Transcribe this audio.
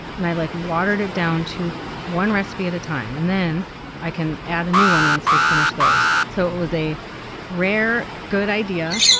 and i like watered it down to one recipe at a time and then i can add a new one once they finish those. so it was a rare good idea.